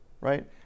right